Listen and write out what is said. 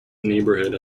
neighborhood